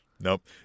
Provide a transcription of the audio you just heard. Nope